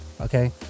okay